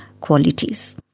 qualities